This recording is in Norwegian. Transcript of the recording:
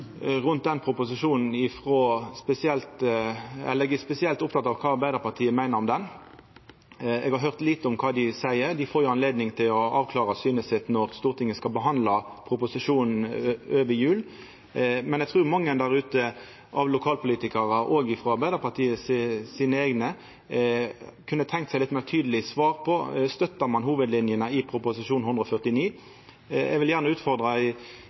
rundt denne proposisjonen, eg er spesielt oppteken av kva Arbeidarpartiet meiner om den. Eg har høyrt lite om kva dei seier. Dei får anledning til å avklara synet sitt når Stortinget skal behandla proposisjonen etter jul, men eg trur mange lokalpolitikarar, òg Arbeidarpartiet sine eigne, kunne tenkt seg litt meir tydeleg svar på om ein støttar hovudlinjene i Prop. 149 L. I dagens debatt vil eg gjerne utfordra